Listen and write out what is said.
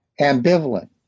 ambivalent